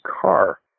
car